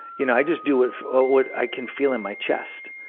you know, i just do what what i can feel in my chest.